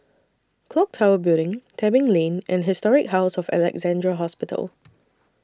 Clock Tower Building Tebing Lane and Historic House of Alexandra Hospital